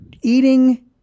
eating